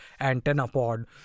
AntennaPod